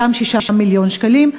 אותם 6 מיליון שקלים.